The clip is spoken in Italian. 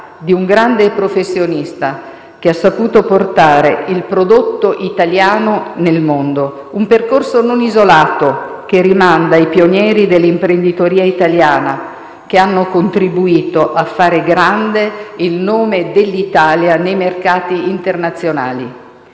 di un grande professionista che ha saputo portare il prodotto italiano nel mondo; un percorso non isolato che rimanda ai pionieri dell'imprenditoria italiana che hanno contribuito a fare grande il nome dell'Italia nei mercati internazionali.